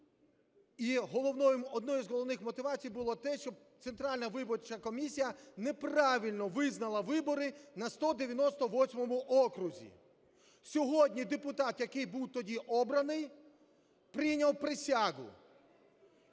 і однією з головних мотивацій було те, що Центральна виборча комісія неправильно визнала вибори на 198 окрузі. Сьогодні депутат, який був тоді обраний, прийняв присягу.